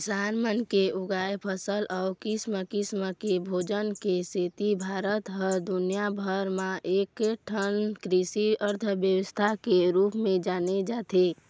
किसान मन के उगाए फसल अउ किसम किसम के भोजन के सेती भारत ह दुनिया भर म एकठन कृषि अर्थबेवस्था के रूप म जाने जाथे